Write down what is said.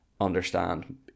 understand